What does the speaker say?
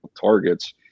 targets